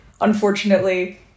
unfortunately